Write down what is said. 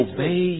Obey